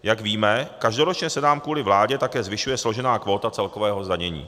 Jak víme, každoročně se nám kvůli vládě také zvyšuje složená kvóta celkového zdanění.